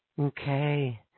Okay